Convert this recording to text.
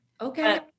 Okay